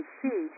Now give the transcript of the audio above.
see